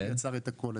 הוא יצר את הכול,